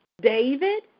David